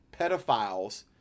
pedophiles